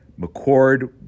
McCord